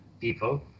people